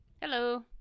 hello